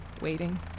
waiting